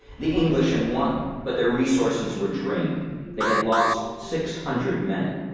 the english had won, but their resources were drained they had lost six hundred men.